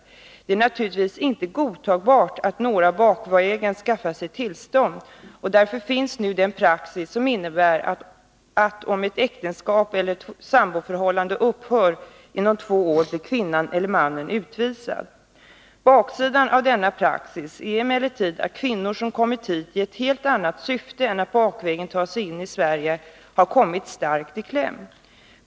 Det är naturligtvis inte godtagbart att några bakvägen skaffar sig tillstånd. Därför finns det nu en praxis som innebär att om ett äktenskap eller samboförhållande upphör inom två år blir kvinnan eller mannen utvisad. Baksidan av denna praxis är emellertid att kvinnor som kommit hit i ett helt annat syfte än att bakvägen ta sig in i Sverige har kommit starkt i kläm.